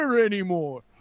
anymore